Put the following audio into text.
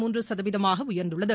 மூன்று சதவீதமாக உயர்ந்துள்ளது